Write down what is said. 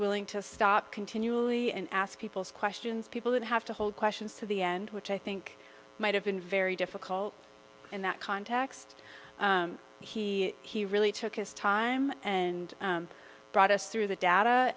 willing to stop continually and ask people's questions people would have to hold questions to the end which i think might have been very difficult in that context he he really took his time and brought us through the data